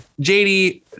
JD